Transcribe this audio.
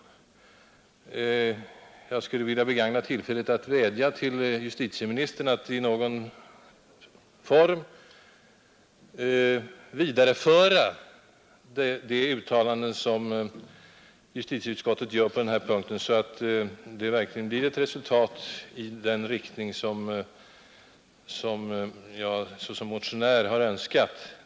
Jag skulle också vilja begagna tillfället att vädja till justitieministern, som glädjande nog infunnit sig i kammaren, att i någon form vidareföra det uttalande som justitieutskottet sålunda gör i den här frågan. Kanske vi därigenom kan få en utveckling i den riktning som jag i egenskap av motionär har önskat.